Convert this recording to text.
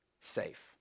safe